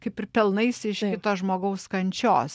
kaip ir pelnaisi iš to žmogaus kančios